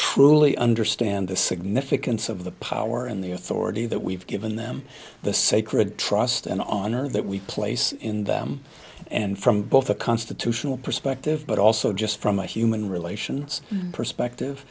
truly understand the significance of the power and the authority that we've given them the sacred trust an honor that we place in them and from both a constitutional perspective but also just from a human relations perspective